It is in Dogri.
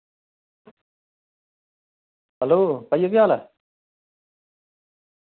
हैल्लो भाइया केह् हाल ऐ